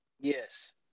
Yes